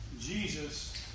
Jesus